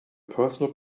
personal